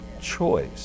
choice